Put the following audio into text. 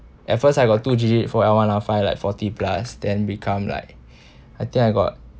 at first I got two digit for L one R five like forty plus then become like I think I got